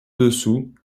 dessous